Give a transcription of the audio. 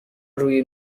روی